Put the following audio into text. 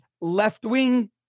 left-wing